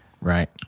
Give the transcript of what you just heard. right